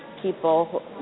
people